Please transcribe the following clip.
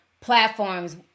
platforms